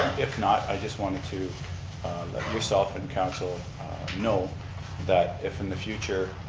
if not, i just wanted to let yourself and council know that if in the future,